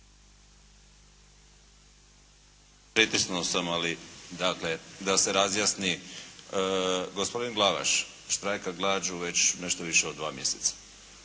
(HDSSB)** Dakle da se razjasni. Gospodin Glavaš štrajka glađu već nešto više od dva mjeseca.